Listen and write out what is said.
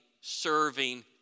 serving